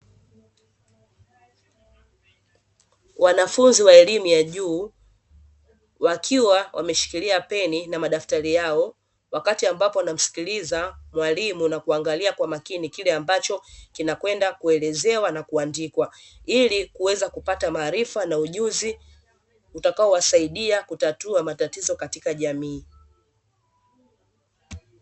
Wanafunzi wa elimu ya juu wakiwa wameshikilia peni na madaftari yao; wakati ambapo wanamsikiliza mwalimu na kuangalia kwa makini kile ambacho kinakwenda kuelezewa na kuandikwa, ili kuweza kupata maarifa na ujuzi utakaowasaidia kutatua matatizo katika jamii.